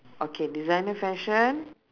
okay designer fashion